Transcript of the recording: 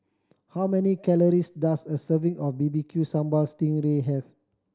how many calories does a serving of B B Q Sambal sting ray have